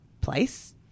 place